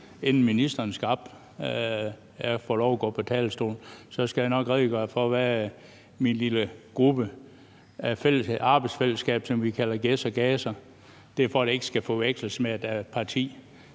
inden ministeren skal op. Da har jeg fået lov til at gå på talerstolen. Så skal jeg nok redegøre for, hvad min lille gruppe, det arbejdsfællesskab, som vi kalder for Gæs og Gaser – det er, for at det ikke skal forveksles med et parti